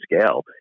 scale